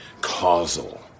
causal